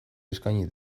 eskaini